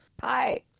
Hi